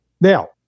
Now